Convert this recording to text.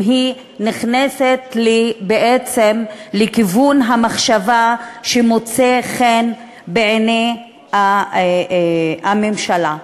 היא נכנסת בעצם לכיוון המחשבה שמוצאת חן בעיני הממשלה.